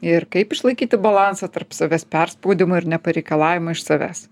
ir kaip išlaikyti balansą tarp savęs perspaudimo ir nepareikalavimo iš savęs